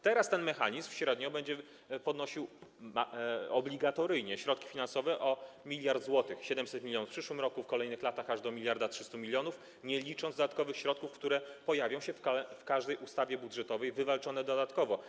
Teraz ten mechanizm średnio będzie podnosił obligatoryjnie środki finansowe o 1 mld zł, 700 mln w przyszłym roku, w kolejnych latach aż do 1300 mln, nie licząc dodatkowych środków, które pojawią się w każdej ustawie budżetowej, wywalczone dodatkowo.